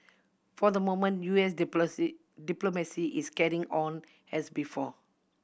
for the moment U S diplomacy is carrying on as before